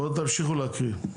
בואו תמשיכו להקריא.